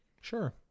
sure